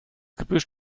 gebüsch